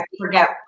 forget